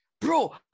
Bro